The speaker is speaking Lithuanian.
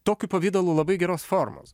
tokiu pavidalu labai geros formos